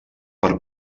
per